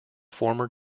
former